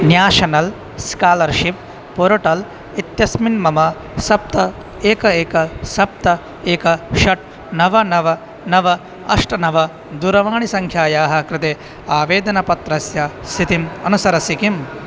national scholarship portal इत्यस्मिन् मम सप्त एकम् एकं सप्त एकं षट् नव नव नव अष्ट नव दूरवाणीसङ्ख्यायाः कृते आवेदनपत्रस्य स्थितिम् अनुसरसि किम्